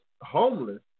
homeless